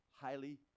highly